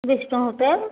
Vishnu hotel